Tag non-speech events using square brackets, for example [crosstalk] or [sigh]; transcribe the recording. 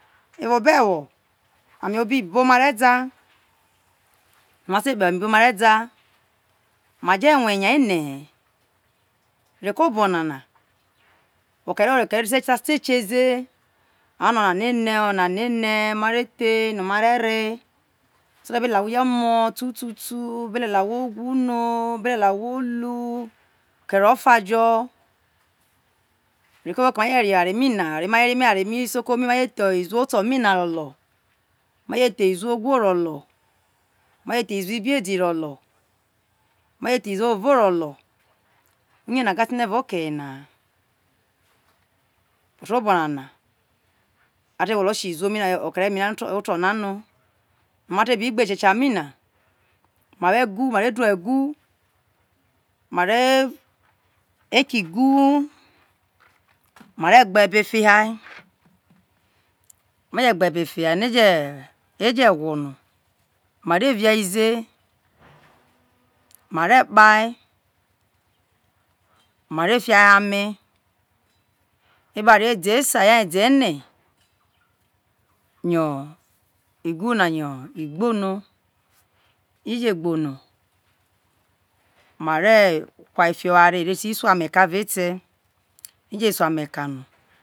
Evao obo ewo ame ibo mare da ma te kpo ewo ame iboare da ma je rue eya ene he reko obo nana okere ore okere ore sasaote kie ze ono onana ene onana ene mare the no mare re so i te be lelie awhi jo mo tu tu be lelie ahwo wu no be lelie ahwo lu kere oda jo [hesitation] reko oke no maje re eware mi na eme eware mi isoko tho i iziwo oto mi na ro lo maje the iziwo ogwo rolo maje the iziwo ibiedi ro lo uye naga te ene eavao okeye na ha evo obo nana ma te gwolo si iziwo mi na re mia oto oto an no ma te bi gbe eshesha mi na ma wo egu mare du egu mare ki ugu mare gbe ebe fia me je gbe ebe fia no eje gwo no ma re via ze mare kpea mare fia ho ame evao oware woho ede esa o ede ene yo ivu na yo igbo no ije gbo no ma re kua ti oware ere ti su ame ka evao ete eje su ame ka no